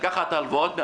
לקחת הלוואות.